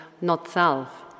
not-self